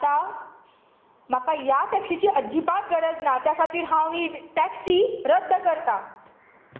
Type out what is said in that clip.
आतां म्हाका ह्या टॅक्सिची अजिबात गरज ना त्या खातीर हांव ही टॅक्सि रद्द करतां